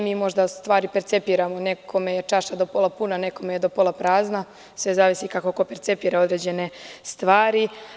Mi možda stvari percepiramo, nekome je čaša puna, nekome je do pola prazna, sve zavisi kako ko percepira određene stvari.